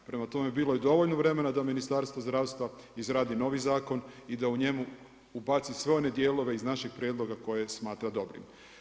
Prema tome, bilo je dovoljno vremena da Ministarstvo zdravstva izradi novi zakon i da u njemu ubaci sve one dijelove iz našeg Prijedloga koje smatra dobrim.